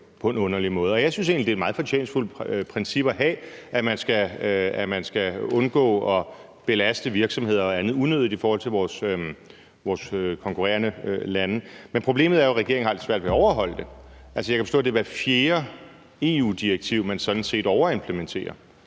egentlig, at det er et meget fortjenstfuldt princip at have, at man skal undgå at belaste virksomheder og andet unødigt i forhold til vores konkurrerende lande. Men problemet er jo, at regeringen har lidt svært ved at overholde det. Altså, jeg kan forstå, at det er hvert fjerde EU-direktiv, man sådan set overimplementerer.